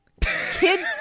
Kids